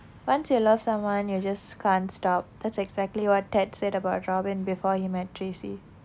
once you love someone you just can't stop that's exactly what ted said about robin before he met tracy